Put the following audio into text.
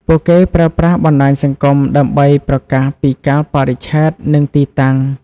ពួកគេប្រើប្រាស់បណ្ដាញសង្គមដើម្បីប្រកាសពីកាលបរិច្ឆេទនិងទីតាំង។